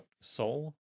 soul